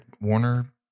Warner